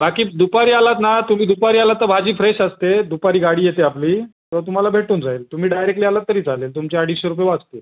बाकी दुपारी आलात ना तुम्ही दुपारी आलात तर भाजी फ्रेश असते दुपारी गाडी येते आपली तेव्हा तुम्हाला भेटून जाईल तुम्ही डायरेक्टली आलात तरी चालेल तुमचे अडीचशे रुपये वाचतील